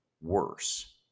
worse